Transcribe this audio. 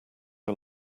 are